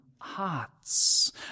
hearts